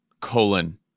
colon